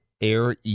Air